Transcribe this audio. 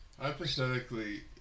Hypothetically